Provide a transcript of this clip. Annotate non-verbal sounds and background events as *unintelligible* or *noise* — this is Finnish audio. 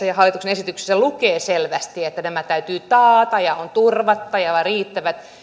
*unintelligible* ja hallituksen esityksissä lukee selvästi että nämä täytyy taata ja on turvattava ja pitää olla riittävät